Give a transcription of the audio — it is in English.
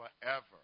Forever